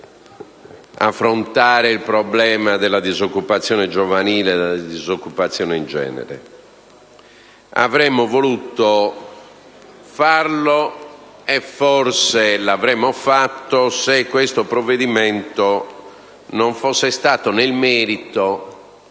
l'affrontare il problema della disoccupazione giovanile e della disoccupazione in genere. Avremmo voluto farlo e forse l'avremmo fatto se questo provvedimento non fosse stato, nel merito,